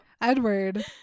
Edward